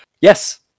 Yes